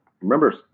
remember